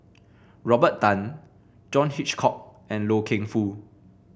Robert Tan John Hitchcock and Loy Keng Foo